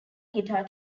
guitar